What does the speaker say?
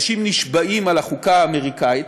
אנשים נשבעים על החוקה האמריקנית,